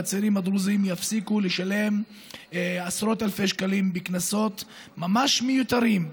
והצעירים הדרוזים יפסיקו לשלם עשרות אלפי שקלים בקנסות ממש מיותרים.